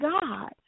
God